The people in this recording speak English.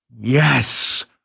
yes